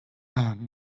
man